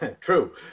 True